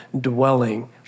dwelling